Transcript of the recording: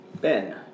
Ben